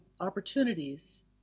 opportunities